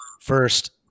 First